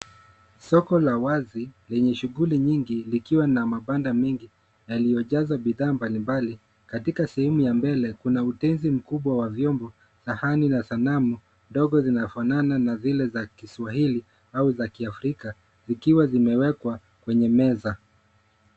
Soko la wazi lenye shughuli nyingi likiwa na mabanda mingi yaliyojaza bidhaa mbali mbali, katika sehemu ya mbele kuna utenzi mkubwa wa vyombo sahani na sanamu ndogo zinafanana na zile za kiswahili au za kiafrika zikiwa zimewekwa kwenye meza.